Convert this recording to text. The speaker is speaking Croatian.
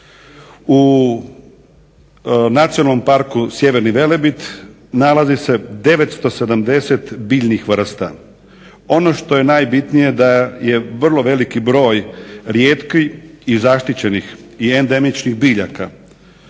U Nacionalnom parku Sjeverni Velebit nalazi se 970 biljnih vrsta. Ono što je najbitnije da je vrlo veliki broj zaštićenih i endemičnih biljaka.